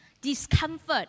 discomfort